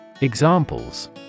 Examples